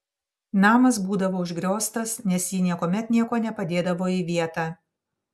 namas būdavo užgrioztas nes ji niekuomet nieko nepadėdavo į vietą